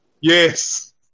Yes